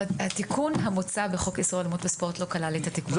התיקון המוצע בחוק לאיסור אלימות בספורט לא כלל את זה.